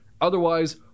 Otherwise